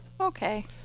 okay